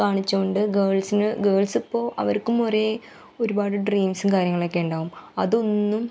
കാണിച്ച് കൊണ്ട് ഗേൾസിന് ഗേൾസ് ഇപ്പോൾ അവർക്കും ഒരേ ഒരുപാട് ഡ്രീംസും കാര്യങ്ങളൊക്കെ ഉണ്ടാവും അതൊന്നും